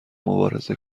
مبارزه